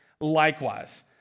likewise